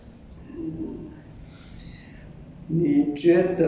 different things lah for different things in life lah like